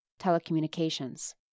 telecommunications